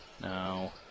No